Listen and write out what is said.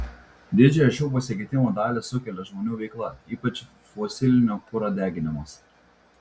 didžiąją šių pasikeitimų dalį sukelia žmonių veikla ypač fosilinio kuro deginimas